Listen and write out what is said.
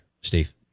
Steve